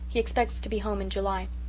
he expects to be home in july.